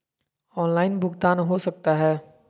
Online भुगतान हो सकता है?